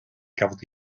gafodd